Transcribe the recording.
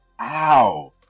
ow